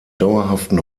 dauerhaften